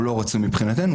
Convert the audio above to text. הוא לא רצוי מבחינתנו,